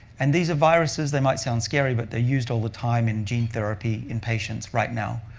and these are viruses, they might sound scary, but they're used all the time in gene therapy in patients right now.